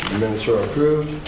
minutes are approved.